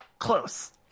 Close